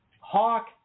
Hawk